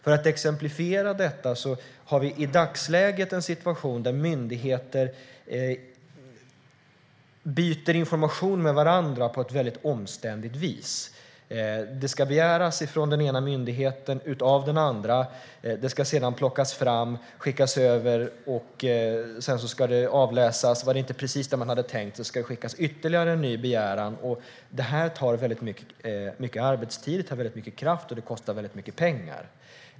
För att exemplifiera detta har vi i dagsläget en situation där myndigheter byter information med varandra på ett väldigt omständligt vis. Det ska begäras från den enda myndigheten av den andra. Det ska sedan plockas fram, skickas över, och sedan ska det avläsas. Var det inte precis det man hade tänkt sig ska det skickas ytterligare en ny begäran. Det tar väldigt mycket arbetstid, tar väldigt mycket kraft och kostar väldigt mycket pengar.